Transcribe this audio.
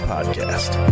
Podcast